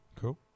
cool